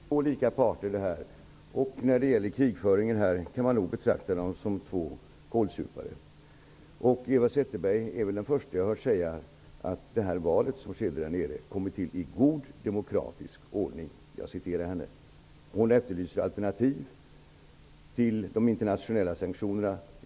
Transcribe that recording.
Herr talman! Jo, Eva Zetterberg, det är fråga om två lika parter. När det gäller krigföringen kan man nog betrakta dem som två lika goda kålsupare. Däremot är Eva Zetterberg väl den första som jag har hört säga att det val som hållits där nere ''har kommit till stånd i god demokratisk ordning''. Eva Zetterberg efterlyste alternativ till sanktionerna.